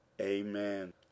Amen